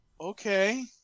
okay